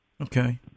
Okay